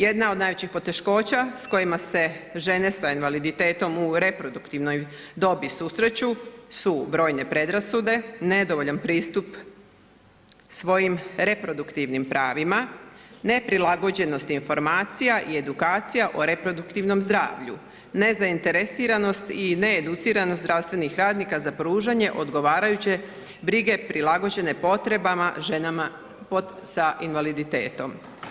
Jedna od najvećih poteškoća s kojima se žene sa invaliditetom u reproduktivnoj dobi susreću su brojne predrasude, nedovoljan pristup svojim reproduktivnim pravima, neprilagođenost informacija i edukacija o reproduktivnom zdravlju, nezainteresiranost i needuciranost zdravstvenih radnika za pružanje odgovarajuće brige prilagođene potrebama ženama sa invaliditetom.